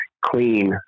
clean